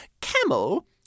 Camel